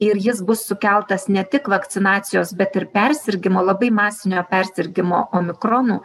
ir jis bus sukeltas ne tik vakcinacijos bet ir persirgimo labai masinio persirgimo omikronu